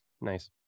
Nice